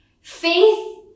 faith